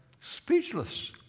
speechless